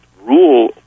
rule